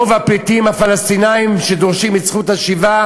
רוב הפליטים הפלסטינים שדורשים את זכות השיבה